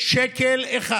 שקל אחד